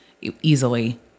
easily